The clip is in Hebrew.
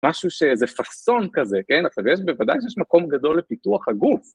משהו שזה פאסון כזה, כן? עכשיו יש, בוודאי שיש מקום גדול לפיתוח הגוף.